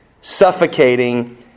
suffocating